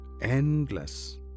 endless